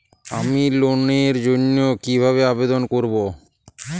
আমি লোনের জন্য কিভাবে আবেদন করব?